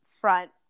front